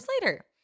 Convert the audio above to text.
later